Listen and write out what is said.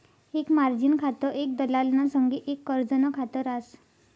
एक मार्जिन खातं एक दलालना संगे एक कर्जनं खात रास